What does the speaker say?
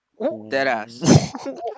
Deadass